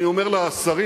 אני אומר לשרים: